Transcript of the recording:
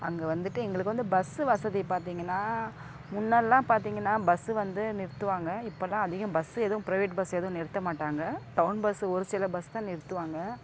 அங்கே வந்துட்டு எங்களுக்கு வந்து பஸ்ஸு வசதி பார்த்தீங்கன்னா முன்னெல்லாம் பார்த்தீங்கன்னா பஸ்ஸு வந்து நிறுத்துவாங்க இப்பெலாம் அதிகம் பஸ்ஸு எதுவும் பிரைவேட் பஸ் எதுவும் நிறுத்தமாட்டாங்க டவுன் பஸ்ஸு ஒரு சில பஸ் தான் நிறுத்துவாங்க